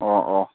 ꯑꯣ ꯑꯣ